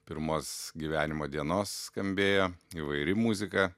pirmos gyvenimo dienos skambėjo įvairi muzika